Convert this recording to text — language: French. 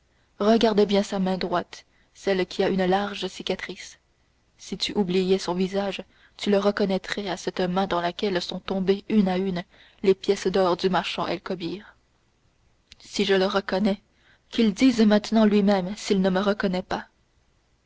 regarde bien sa main droite celle qui a une large cicatrice si tu oubliais son visage tu le reconnaîtrais à cette main dans laquelle sont tombées une à une les pièces d'or du marchand el kobbir si je le reconnais oh qu'il dise maintenant lui-même s'il ne me reconnaît pas